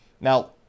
Now